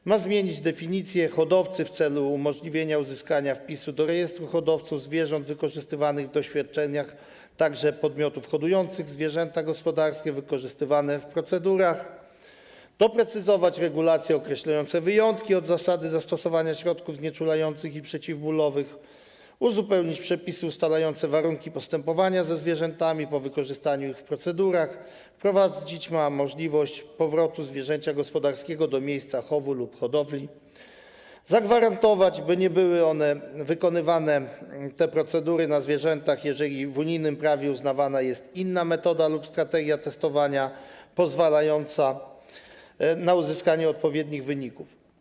Ma ona także zmienić definicję hodowcy w celu umożliwienia uzyskania wpisu do rejestru hodowców zwierząt wykorzystywanych w doświadczeniach, także podmiotów hodujących zwierzęta gospodarskie wykorzystywane w procedurach, doprecyzować regulacje określające wyjątki od zasady zastosowania środków znieczulających i przeciwbólowych, uzupełnić przepisy ustalające warunki postępowania ze zwierzętami po wykorzystaniu ich w procedurach, wprowadzić możliwość powrotu zwierzęcia gospodarskiego do miejsca chowu lub hodowli, zagwarantować, by te procedury nie były wykonywane na zwierzętach, jeżeli w unijnym prawie uznawana jest inna metoda lub strategia testowania pozwalająca na uzyskanie odpowiednich wyników.